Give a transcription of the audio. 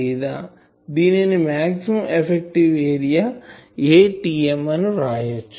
లేదా దీనిని నేను మాక్సిమం ఎఫెక్టివ్ ఏరియా Atm అని వ్రాయచ్చు